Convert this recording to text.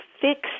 fix